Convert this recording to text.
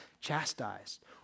chastised